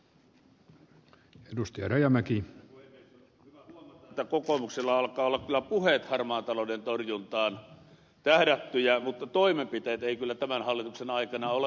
on hyvä huomata että kokoomuksella alkavat olla kyllä puheet harmaan talouden torjuntaan tähdättyjä mutta toimenpiteet eivät kyllä tämän hallituksen aikana ole olleet